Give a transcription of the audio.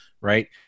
right